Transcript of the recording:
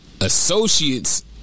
Associates